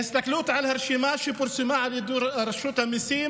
בהסתכלות על הרשימה שפורסמה על ידי רשות המיסים